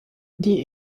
die